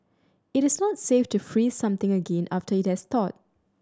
it is not safe to freeze something again after it has thawed